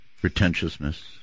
pretentiousness